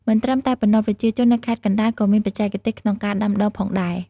មិនត្រឹមតែប៉ុណ្ណោះ ប្រជាជននៅខេត្តកណ្ដាលក៏មានបច្ចេកទេសក្នុងការដាំដុះផងដែរ។